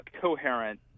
coherent